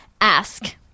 ask